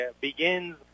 begins